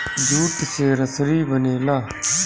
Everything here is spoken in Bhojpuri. जूट से रसरी बनेला